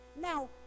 Now